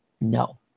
No